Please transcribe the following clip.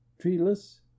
Treeless